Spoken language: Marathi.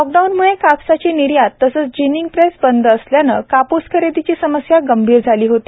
लॉक डाऊन मुळे कापसाची निर्यात तसेच जीनिंग प्रेस बंद असल्याने काप्स खरेदीची समस्या गंभीर झाली होती